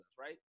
right